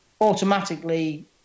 automatically